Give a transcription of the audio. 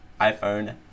iPhone